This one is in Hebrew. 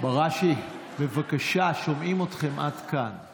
בראשי, בבקשה, שומעים אתכם עד לכאן.